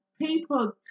people